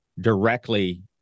directly